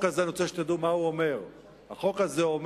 אני רוצה שתדעו מה אומר החוק הזה.